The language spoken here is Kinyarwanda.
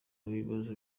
w’ibibazo